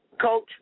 Coach